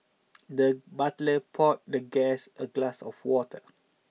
the butler poured the guest a glass of water